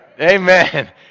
Amen